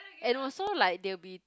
and also like they will be